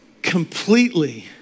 completely